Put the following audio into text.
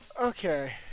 Okay